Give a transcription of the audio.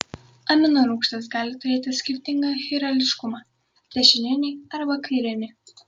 aminorūgštys gali turėti skirtingą chirališkumą dešininį arba kairinį